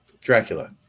Dracula